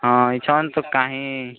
ହଁ ଇଛନ ତୁ କାହିଁ